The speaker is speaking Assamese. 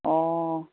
অঁ